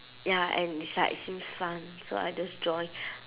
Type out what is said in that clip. ya and it's like seems fun so I just join